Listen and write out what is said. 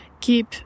keep